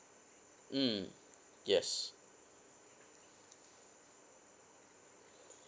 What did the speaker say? mm yes